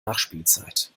nachspielzeit